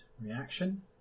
reaction